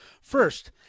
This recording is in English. First